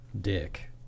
Dick